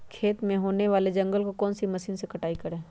खेत में होने वाले जंगल को कौन से मशीन से कटाई करें?